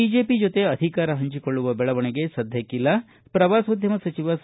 BJP ಜೊತೆ ಅಧಿಕಾರ ಪಂಚಿಕೊಳ್ಳುವ ಬೆಳವಣಿಗೆ ಸದ್ಯಕ್ಕಿಲ್ಲ ಪ್ರವಾಸೋದ್ಯಮ ಸಚಿವ ಸಾ